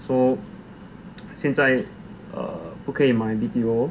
so 现在 err 不可以买 B_T_O